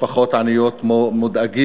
משפחות עניות מודאגות,